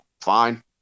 fine